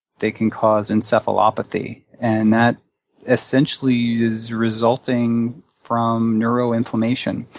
they can cause encephalopathy, and that essentially is resulting from neuroinflammation.